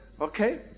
okay